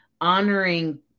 honoring